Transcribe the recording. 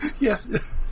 Yes